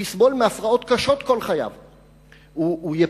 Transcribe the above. הוא יסבול מהפרעות קשות כל חייו.